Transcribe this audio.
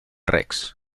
rex